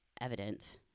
evident